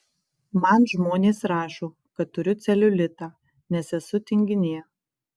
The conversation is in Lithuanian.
man žmonės rašo kad turiu celiulitą nes esu tinginė